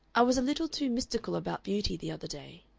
i was a little too mystical about beauty the other day.